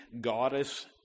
goddess